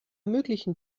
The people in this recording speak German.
möglichen